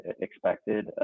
expected